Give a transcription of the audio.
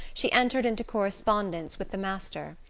she entered into correspondence with the master.